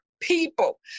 people